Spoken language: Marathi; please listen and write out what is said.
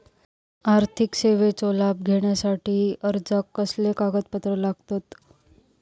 आर्थिक सेवेचो लाभ घेवच्यासाठी अर्जाक कसले कागदपत्र लागतत?